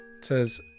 says